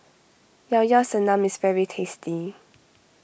Llao Llao Sanum is very tasty